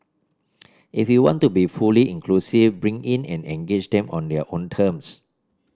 if you want to be fully inclusive bring in and engage them on their own terms